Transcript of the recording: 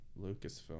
Lucasfilm